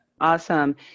awesome